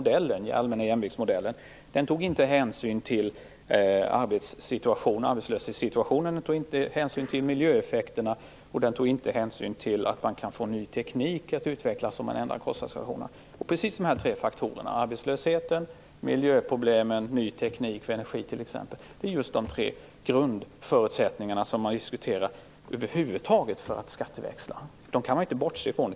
Denna allmänna jämviktsmodell tog inte heller hänsyn till arbetslöshetssituationen, till miljöeffekterna och till att utveckling av ny teknik kan ändra kostnadsrelationerna. Dessa tre faktorer - arbetslösheten, miljöproblemen och ny teknik, t.ex. för energi - är de tre grundförutsättningar som man över huvud taget diskuterar för en skatteväxling. Man kan inte bortse från dem.